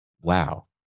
Wow